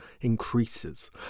increases